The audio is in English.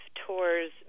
tours